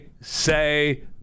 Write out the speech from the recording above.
say